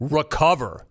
recover